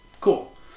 cool